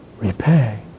repay